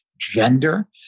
gender